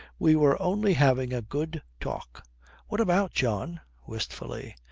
we were only having a good talk what about, john wistfully.